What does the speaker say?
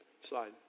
slide